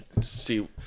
See